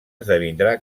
esdevindrà